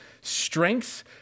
strengths